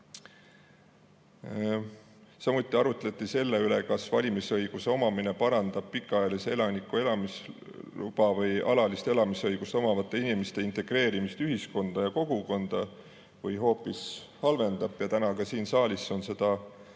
Samuti arutleti selle üle, kas valimisõigus parandab pikaajalise elaniku elamisloaga või alalise elamisõigusega inimeste integreerimist ühiskonda ja kogukonda või hoopis halvendab. Täna siin saalis on seda